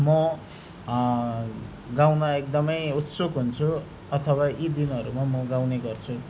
म गाउन एकदमै उत्सुक हुन्छु अथवा यी दिनहरूमा म गाउने गर्छु